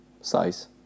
size